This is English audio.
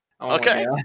okay